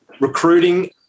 recruiting –